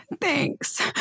Thanks